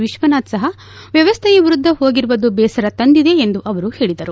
ವಿಶ್ವನಾಥ್ ಸಹಾ ವ್ಯವಸ್ಥೆಯ ವಿರುದ್ಧ ಹೋಗಿರುವುದು ಬೇಸರ ತಂದಿದೆ ಎಂದು ಅವರು ಹೇಳಿದರು